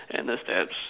and the steps